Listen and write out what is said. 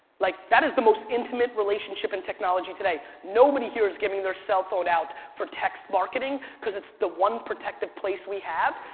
like that is the most intimate relationship in technology today. nobody here is giving their cell phone out for text marketing because it's the one protective place we have.